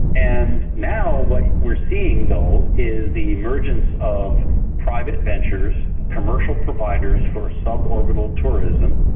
and now what we're seeing though is the emergence of private ventures, commercial providers for suborbital tourism,